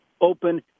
open